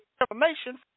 information